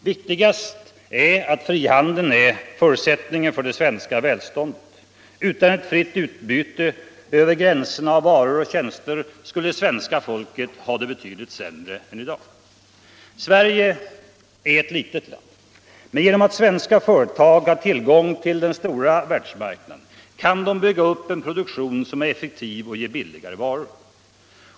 Viktigast är att frihandeln är förutsättningen för det svenska välståndet... Utan ett fritt utbyte över gränserna av varor och tjänster skulle svenska folket ha det betydligt sämre än i dag. Sverige är ett litet land. Men genom att svenska företag har tillgång till den stora världsmarknaden kan de bygga upp en produktion som är effektiv och ger billiga varor.